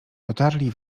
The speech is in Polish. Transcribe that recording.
dotarli